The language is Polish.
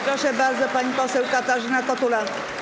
Proszę bardzo, pani poseł Katarzyna Kotula.